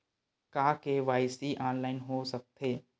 का KYC online हो सकथे?